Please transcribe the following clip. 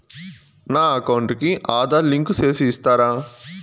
నా అకౌంట్ కు ఆధార్ లింకు సేసి ఇస్తారా?